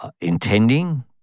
intending